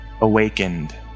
awakened